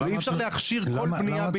אי אפשר להכשיר כל בנייה בלתי חוקית.